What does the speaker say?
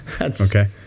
Okay